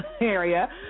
area